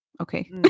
okay